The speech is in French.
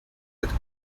être